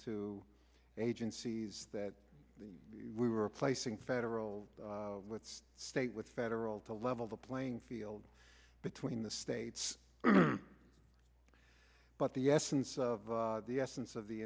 to agencies that we were replacing federal state with federal to level the playing field between the states but the essence of the essence of the